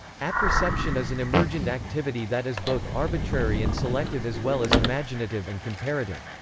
apperception is an emergent activity that is both arbitrary and selective as well as imaginative and comparative.